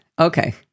okay